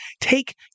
take